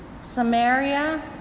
Samaria